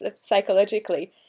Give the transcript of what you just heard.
psychologically